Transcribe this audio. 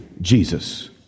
jesus